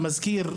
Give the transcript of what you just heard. המזכיר,